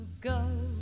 go